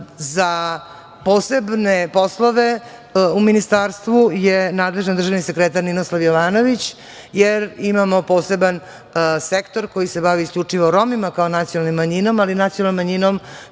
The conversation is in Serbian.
posebne poslove u ministarstvu je nadležan državni sekretar Ninoslav Jovanović, jer imamo poseban sektor koji se bavi isključivo Romima kao nacionalnom manjinama, ali nacionalnom manjinom